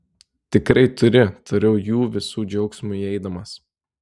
tikrai turi tariau jų visų džiaugsmui įeidamas